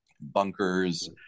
bunkers